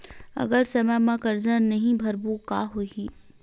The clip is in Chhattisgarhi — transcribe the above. अगर समय मा कर्जा नहीं भरबों का होई?